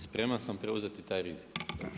Spreman sam preuzeti taj rizik.